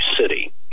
city